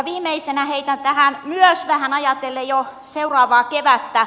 viimeisenä heitän tähän myös vähän ajatellen jo seuraavaa kevättä